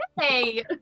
Hey